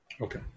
Okay